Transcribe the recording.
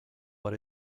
but